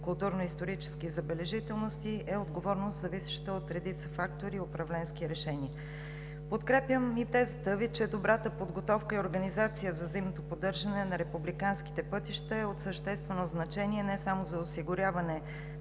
културно историческите забележителности е отговорност, зависеща от редица фактори и управленски решения. Подкрепям и тезата Ви, че добрата подготовка и организация за зимно поддържане на републиканските пътища е от съществено значение не само за осигуряване